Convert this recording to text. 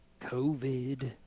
COVID